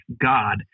God